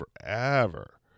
forever